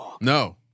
No